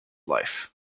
life